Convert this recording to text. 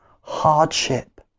hardship